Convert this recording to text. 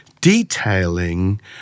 detailing